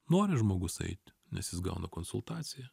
nori žmogus eit nes jis gauna konsultaciją